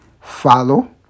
follow